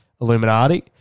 Illuminati